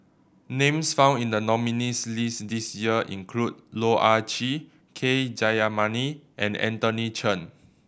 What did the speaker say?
names found in the nominees' list this year include Loh Ah Chee K Jayamani and Anthony Chen